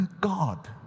God